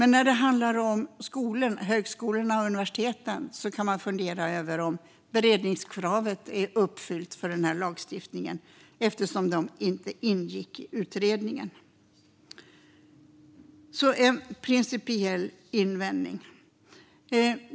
När det handlar om högskolor och universitet kan man dock fundera över om beredningskravet är uppfyllt för den här lagstiftningen eftersom de inte ingick i utredningen. Så en principiell invändning.